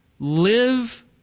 live